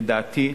לדעתי,